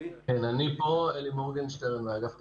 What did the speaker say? אני פה, אלי מורגנשטרן מאגף התקציבים.